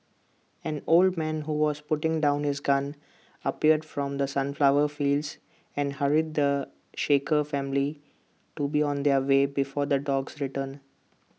an old man who was putting down his gun appeared from the sunflower fields and hurried the shaken family to be on their way before the dogs return